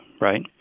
right